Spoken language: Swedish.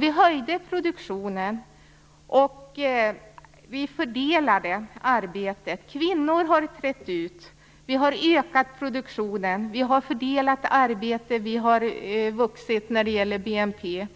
vi höjde produktionen och fördelade arbetet. Kvinnor har trätt ut på arbetsmarknaden, och vi har vuxit när det gäller BNP.